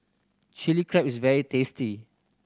Chili Crab is very tasty